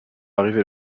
arriver